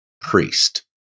priest